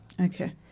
Okay